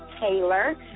Taylor